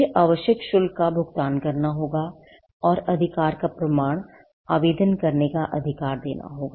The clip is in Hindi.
फिर आवश्यक शुल्क का भुगतान करना होगा और अधिकार का प्रमाण आवेदन करने का अधिकार देना होगा